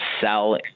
sell